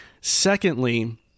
secondly